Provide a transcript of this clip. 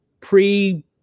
pre